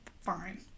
Fine